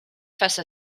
face